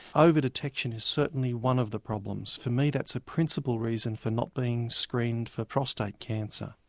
over-detection is certainly one of the problems. for me that's a principle reason for not being screened for prostate cancer.